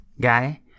guy